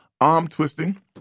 arm-twisting